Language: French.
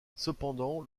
cependant